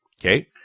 Okay